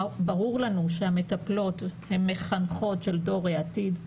ברור לנו שהמטפלות הן מחנכות של דור העתיד,